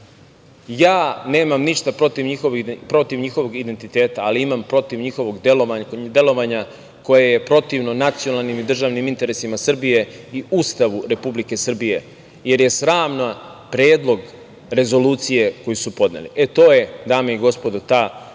ja nemam ništa protiv njihovog identiteta, ali imam protiv njihovog delovanja koje je protivno nacionalnih i državnim interesima Srbije i Ustavu Republike Srbije, jer je sraman predlog rezolucije koje su podneli. To je, dame i gospodo, ta četvrta